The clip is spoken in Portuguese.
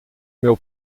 meu